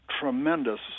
tremendous